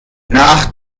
nach